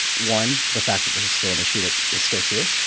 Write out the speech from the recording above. one, the fact that this is still an issue that is still here.